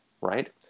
Right